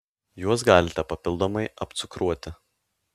juos galite papildomai apcukruoti